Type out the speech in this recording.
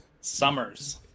Summers